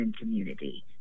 community